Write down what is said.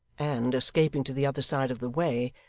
and, escaping to the other side of the way,